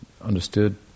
understood